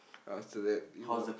after that we walk